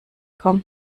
komm